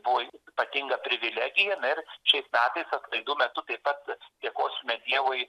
buvo ypatinga privilegija na ir šiais metais atlaidų metu taip pat dėkosime dievui